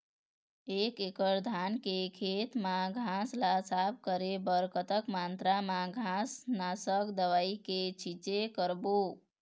एक एकड़ धान के खेत मा घास ला साफ करे बर कतक मात्रा मा घास नासक दवई के छींचे करबो?